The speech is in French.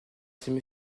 que